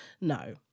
No